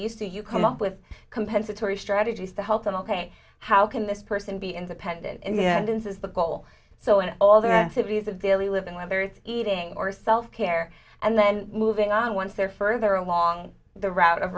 used to you come up with compensatory strategies to help them ok how can this person be independent and says the goal so and all that it is a daily living whether it's eating or self care and then moving on once they're further along the route of